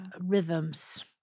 rhythms